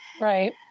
Right